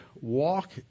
walk